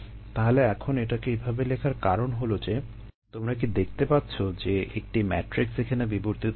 তাহলে এখন এটাকে এভাবে লেখার কারণ হলো যে তোমরা কি দেখতে পাচ্ছো যে একটি ম্যাট্রিক্স এখানে বিবর্তিত হচ্ছে